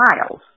miles